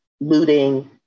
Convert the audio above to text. looting